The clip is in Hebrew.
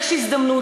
יש הזדמנות.